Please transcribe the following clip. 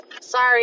Sorry